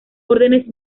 órdenes